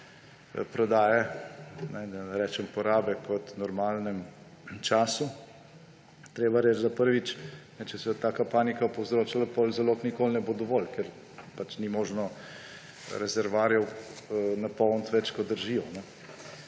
prodaje, da ne rečem porabe, kot v normalnem času, je treba reči, da prvič, če se bo taka panika povzročala, potem zalog nikoli ne bo dovolj, ker pač ni možno rezervoarjev napolniti več, kot držijo.